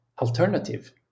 alternative